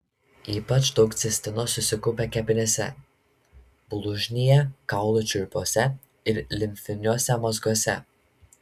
ypač daug cistino susikaupia kepenyse blužnyje kaulų čiulpuose ir limfiniuose mazguose